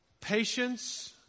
Patience